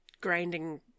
grinding